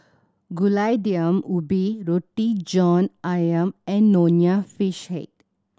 Gulai Daun Ubi Roti John Ayam and Nonya Fish Head